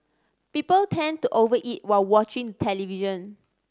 people tend to over eat while watching television